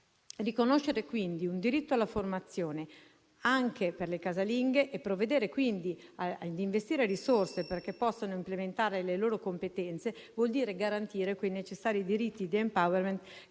Riconoscere, quindi, un diritto alla formazione anche per le casalinghe e provvedere a investire risorse perché possano incrementare le loro competenze vuol dire garantire quei necessari diritti di *empowerment* garantiti